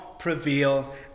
prevail